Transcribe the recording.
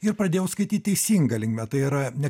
ir pradėjau skaityt teisinga linkme tai yra ne